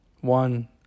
One